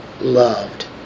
loved